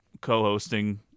co-hosting